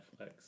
Netflix